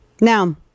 Now